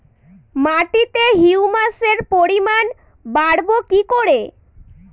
মাটিতে হিউমাসের পরিমাণ বারবো কি করে?